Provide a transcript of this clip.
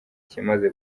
ikimaze